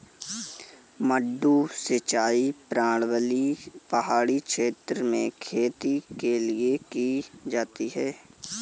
मडडू सिंचाई प्रणाली पहाड़ी क्षेत्र में खेती के लिए की जाती है